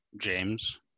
James